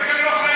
תני לי.